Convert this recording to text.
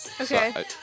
Okay